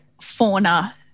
fauna